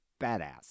badass